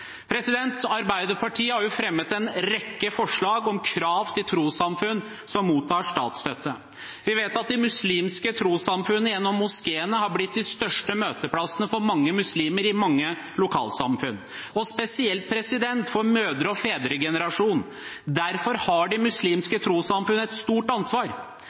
Arbeiderpartiet har fremmet en rekke forslag om krav til trossamfunn som mottar statsstøtte. Vi vet at muslimske trossamfunn gjennom moskeene har blitt de største møteplassene for mange muslimer i mange lokalsamfunn, og spesielt for mødre- og fedregenerasjonen. Derfor har de muslimske trossamfunn et stort ansvar.